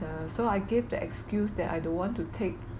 uh so I give the excuse that I don't want to take